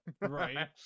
right